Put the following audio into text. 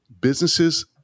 businesses